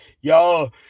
y'all